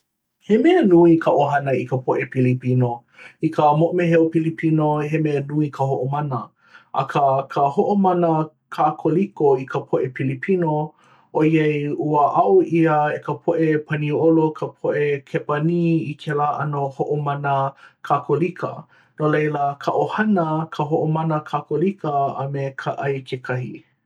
he mea nui ka ʻohana i ka poʻe pilipino, i ka moʻomeheu pilipino he mea nui ka hoʻomana. akā ka hoʻomana kākolika i ka poʻe pilipino ʻoiai ua aʻo ʻia e ka poʻe paniolo, ka poʻe kepania i kēlā ʻano hoʻomana kākolika. no laila ka ʻohana ka hoʻomana kākolika a me ka ʻai kekahi.